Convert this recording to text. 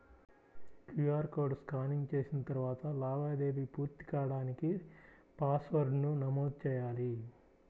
QR code scanning చేసిన తరువాత లావాదేవీ పూర్తి కాడానికి పాస్వర్డ్ను నమోదు చెయ్యాలి